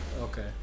Okay